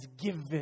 given